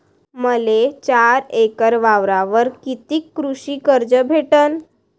मले चार एकर वावरावर कितीक कृषी कर्ज भेटन?